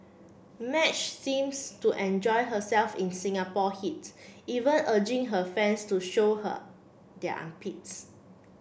Madge seems to enjoy herself in Singapore heats even urging her fans to show her their armpits